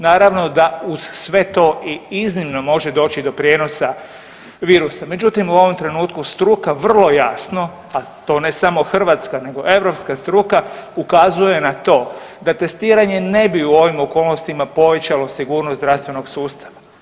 Naravno da uz sve to i iznimno može doći do prijenosa virusa, međutim u ovom trenutku struka vrlo jasno, a to ne samo hrvatska nego europska struka ukazuje na to da testiranje ne bi u ovim okolnostima povećalo sigurnost zdravstvenog sustava.